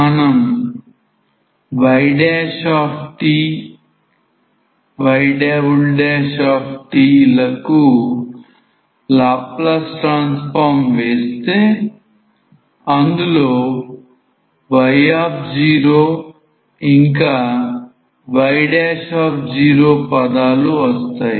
మనం yt yt లకు laplace transform వేస్తే అందులో y0 ఇంకా y పదాలు వస్తాయి